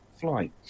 flight